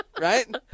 right